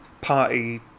party